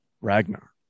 Ragnar